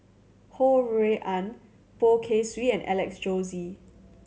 Ho Rui An Poh Kay Swee and Alex Josey